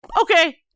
Okay